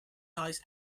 toys